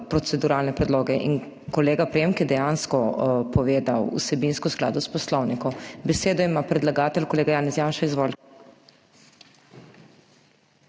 proceduralne predloge. In kolega Premk je dejansko povedal vsebinsko v skladu s Poslovnikom. Besedo ima predlagatelj, kolega Janez Janša. Izvolite.